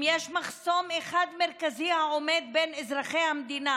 אם יש מחסום אחד מרכזי העומד בין אזרחי המדינה